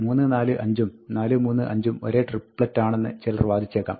3 4 5 ഉം 4 3 5 ഉം ഒരേ ട്രിപ്ളറ്റാണെന്ന് ചിലർ വാദിച്ചേക്കാം